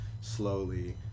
slowly